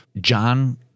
John